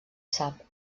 sap